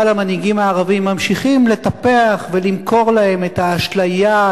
אבל המנהיגים הערבים ממשיכים לטפח ולמכור להם את האשליה,